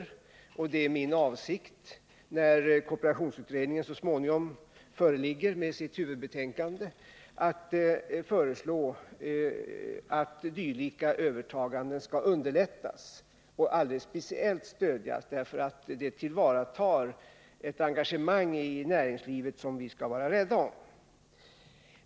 Nr 41 Det är min avsikt att, när kooperationsutredningens huvudbetänkande så småningom föreligger, föreslå att dylika övertaganden underlättas och speciellt stöds. De innebär nämligen ett engagemang i näringslivet som vi skall vara rädda om.